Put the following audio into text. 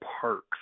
parks